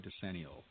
Decennial